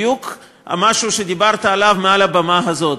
בדיוק משהו שדיברת עליו מעל הבמה הזאת.